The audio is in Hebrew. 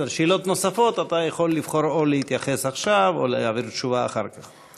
בשאלות נוספות אתה יכול לבחור אם להתייחס עכשיו או להעביר תשובה אחר כך.